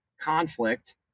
conflict